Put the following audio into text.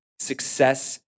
success